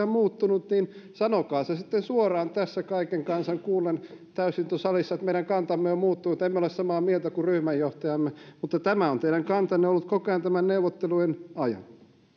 on perussuomalaisilla muuttunut niin sanokaa se sitten suoraan tässä kaiken kansan kuullen täysistuntosalissa että meidän kantamme on muuttunut emme ole samaa mieltä kuin ryhmänjohtajamme mutta tämä on teidän kantanne ollut koko ajan näiden neuvottelujen ajan